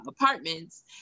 apartments